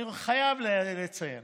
אני חייב לציין